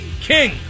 king